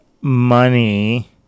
money